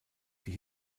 die